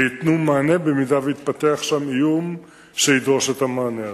וייתנו מענה במידה שיתפתח שם איום שידרוש את המענה הזה.